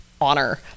honor